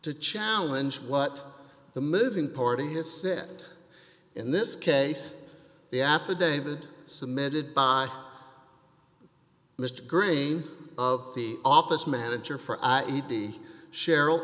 to challenge what the moving party his sit in this case the affidavit submitted by mr green of the office manager for edi cheryl